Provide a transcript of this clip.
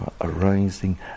arising